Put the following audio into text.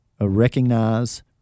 recognize